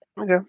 Okay